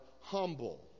humble